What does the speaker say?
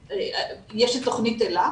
יש את תכנית אלה,